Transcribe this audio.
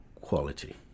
quality